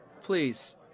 please